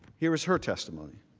here is her testimony.